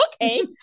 okay